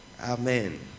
Amen